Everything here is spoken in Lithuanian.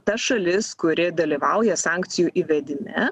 ta šalis kuri dalyvauja sankcijų įvedime